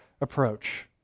approach